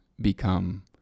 become